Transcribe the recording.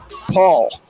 Paul